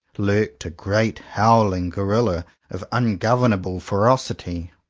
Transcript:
lurked a great howling gorilla of ungovernable ferocity.